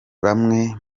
bamwe